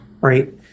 right